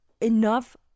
enough